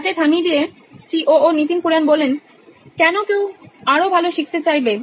Nitin Kurian CEO ও নোইন electronics কেন কেউ আরো ভালো শিখতে চাইবে